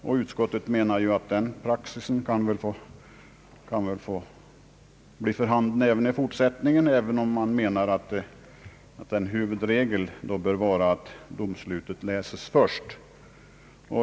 Utskottsmajoriteten menar att denna praxis bör få gälla också i fortsättningen, även om man anser att huvudregeln bör vara att domslutet läses först.